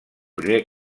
primer